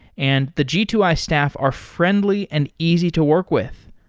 and the g two i staff are friendly and easy to work with.